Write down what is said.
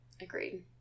Agreed